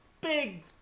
big